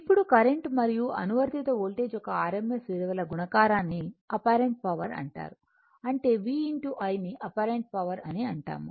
ఇప్పుడు కరెంట్ మరియు అనువర్తిత వోల్టేజ్ యొక్క rms విలువల గుణకారాన్ని అపరెంట్ పవర్ అంటారు అంటే V I ని అపరెంట్ పవర్ అని అంటాము